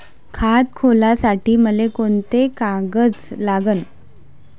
खात खोलासाठी मले कोंते कागद लागन?